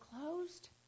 closed